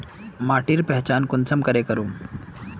माटिर पहचान कुंसम करे करूम?